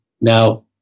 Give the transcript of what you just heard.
Now